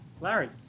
Larry